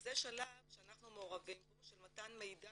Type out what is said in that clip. זה שלב שאנחנו מעורבים בו של מתן מידע